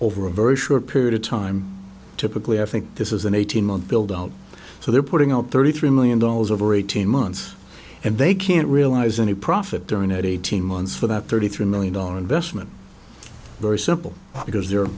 over a very short period of time typically i think this is an eighteen month build out so they're putting out thirty three million dollars over eighteen months and they can't realize any profit during eighteen months for that thirty three million dollar investment very simple because they're